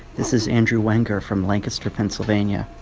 this is andrew wanker from lancaster, penn. sort of and yeah